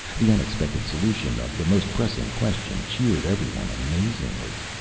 the unexpected solution of the most pressing question cheered every one amazingly.